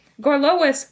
Gorlois